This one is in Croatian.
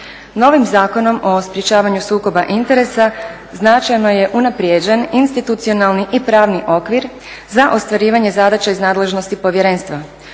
Novim Zakonom o sprječavanju sukoba interesa značajno je unaprijeđen institucionalni i pravni okvir za ostvarivanje zadaća iz nadležnosti povjerenstva.